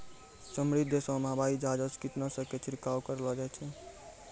समृद्ध देशो मे हवाई जहाजो से कीटनाशको के छिड़कबैलो जाय छै